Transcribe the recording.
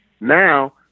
now –